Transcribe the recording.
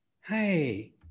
hey